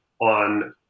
on